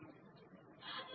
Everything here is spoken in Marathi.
E